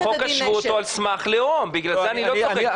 חוק השבות הוא על סמך לאום, בגלל זה אני לא צוחק.